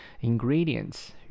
Ingredients